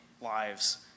lives